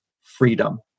freedom